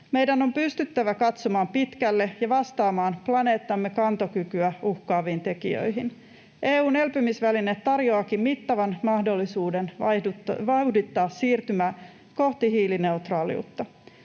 Meidän on pystyttävä katsomaan pitkälle ja vastaamaan planeettamme kantokykyä uhkaaviin tekijöihin. EU:n elpymisväline tarjoaakin mittavan mahdollisuuden vauhdittaa siirtymää kohti hiilineutraaliutta.